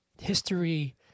history